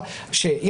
זה